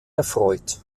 erfreut